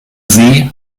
sie